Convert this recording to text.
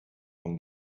von